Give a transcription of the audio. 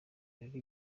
rero